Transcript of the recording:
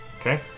okay